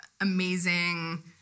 amazing